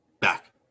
Back